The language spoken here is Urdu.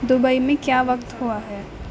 دبئی میں کیا وقت ہوا ہے